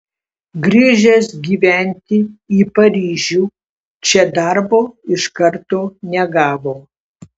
grįžęs gyventi į paryžių čia darbo iš karto negavo